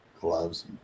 gloves